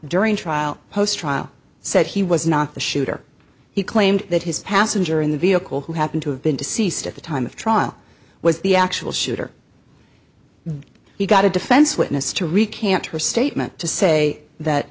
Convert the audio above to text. during trial post trial said he was not the shooter he claimed that his passenger in the vehicle who happen to have been deceased at the time of trial was the actual shooter he got a defense witness to recant her statement to say that